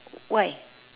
why